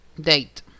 date